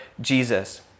Jesus